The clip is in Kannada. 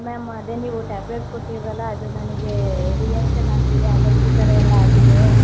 ಮ್ಯಾಮ್ ಅದೇ ನೀವು ಟ್ಯಾಬ್ಲೆಟ್ ಕೊಟ್ಟಿದ್ರಲ್ಲ ಅದು ನನಗೆ ರಿಯಾಕ್ಷನ್ ಆಗ್ತಿದೆ ಅಲರ್ಜಿ ಥರ ಎಲ್ಲ ಆಗಿದೆ